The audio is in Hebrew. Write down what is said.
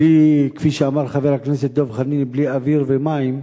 בלי, כפי שאמר חבר הכנסת דב חנין, בלי אוויר ומים,